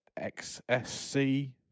XSC